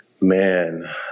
man